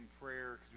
prayer